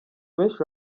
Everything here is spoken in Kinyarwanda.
benshi